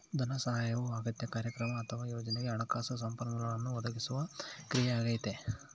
ಧನಸಹಾಯವು ಅಗತ್ಯ ಕಾರ್ಯಕ್ರಮ ಅಥವಾ ಯೋಜನೆಗೆ ಹಣಕಾಸು ಸಂಪನ್ಮೂಲಗಳನ್ನು ಒದಗಿಸುವ ಕ್ರಿಯೆಯಾಗೈತೆ